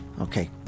Okay